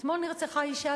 אתמול נרצחה אשה,